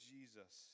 Jesus